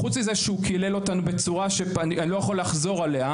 חוץ מזה שהוא קילל אותנו בצורה שאני לא יכול לחזור עליה,